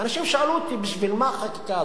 ואנשים שאלו אותי: בשביל מה החקיקה הזאת?